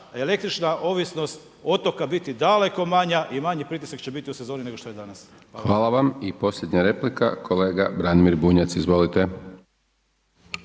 električna ovisnost otoka biti daleko manja i manji pritisak će biti u sezoni nego što je danas. Hvala. **Hajdaš Dončić, Siniša (SDP)** Hvala vam. I posljednja replika, kolega Branimir Bunjac, izvolite.